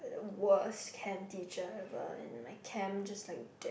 worst chem teacher ever and my chem just like dipped